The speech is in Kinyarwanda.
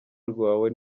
rwawe